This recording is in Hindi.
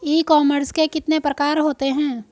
ई कॉमर्स के कितने प्रकार होते हैं?